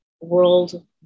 world